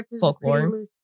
folklore